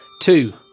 two